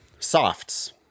Softs